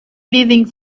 living